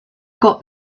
got